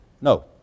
No